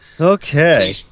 Okay